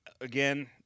again –